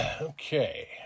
Okay